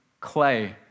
clay